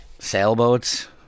Sailboats